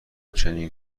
چنین